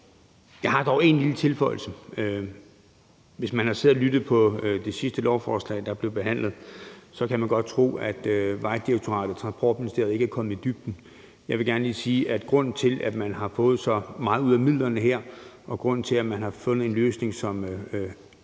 Jeg har dog en lille tilføjelse. Hvis man har siddet og lyttet til behandlingen af det sidste lovforslag, der er blevet behandlet, så kunne man godt tro, at Vejdirektoratet og Transportministeriet ikke er kommet i dybden med det. Jeg vil godt sige, at grunden til, at man har fået så meget ud af midlerne her, og grunden til, at man har fundet en løsning, som både